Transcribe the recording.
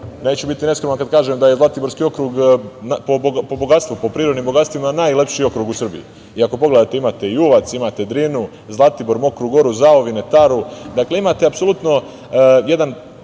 neću biti neskroman kada kažem da je Zlatiborski okrug po bogatstvu, po prirodnim bogatstvima najlepši okrug u Srbiji. I ako pogledate imate Uvac, imate Drinu, Zlatibor, Mokru Goru, Zaovine, Taru, dakle imate apsolutno jedan